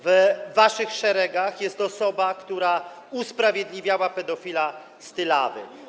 W waszych szeregach jest osoba, która usprawiedliwiała pedofila z Tylawy.